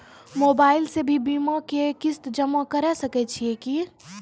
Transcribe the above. Mobile से भी बीमा के किस्त जमा करै सकैय छियै कि?